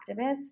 activist